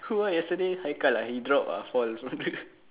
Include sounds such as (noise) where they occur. who ah yesterday haikal ah he drop ah fall (laughs)